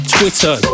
Twitter